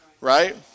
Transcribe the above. right